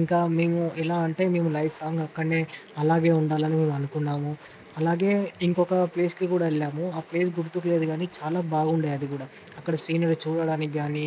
ఇంకా మేము ఎలా అంటే మేము లైఫ్ లాంగ్ అక్కడినే అలాగే ఉండాలని మేము అనుకున్నాము అలాగే ఇంకొక ప్లేస్కి కూడా వెళ్ళాము ఆ ప్లేస్ గుర్తుకులేదు కానీ చాలా బాగుండే అది కూడా అక్కడ సీనరీస్ చూడడానికి కాని